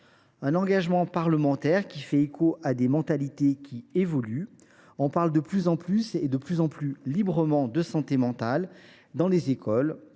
Cet engagement parlementaire fait écho à des mentalités qui évoluent. On parle de plus en plus, et de plus en plus librement, de santé mentale dans les écoles,